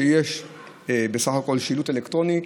עם שילוט אלקטרוני,